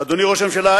אדוני ראש הממשלה,